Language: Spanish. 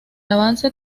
avance